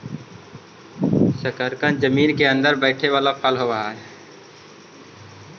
शकरकन जमीन केअंदर बईथे बला फल होब हई